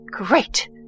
Great